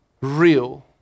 Real